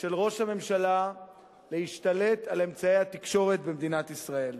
של ראש הממשלה להשתלט על אמצעי התקשורת במדינת ישראל.